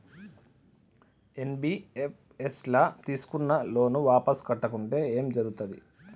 NBFS ల తీస్కున్న loan వాపస్ కట్టకుంటే ఏం జర్గుతది?